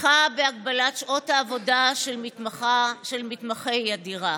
התמיכה בהגבלת שעות העבודה של מתמחה היא אדירה.